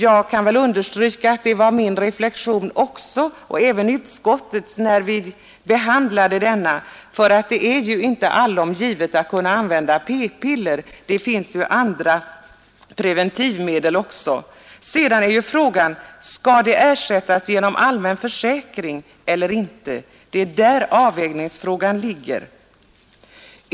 Jag kan understryka att det var också min reflexion och även utskottets, när vi behandlade den, för det är inte allom givet att kunna använda p-piller. Det finns andra preventivmedel också. Sedan är frågan om kostnaden skall ersättas genom allmän försäkring eller inte. Det är där avvägningsfrågan ligger.